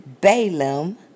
Balaam